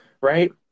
right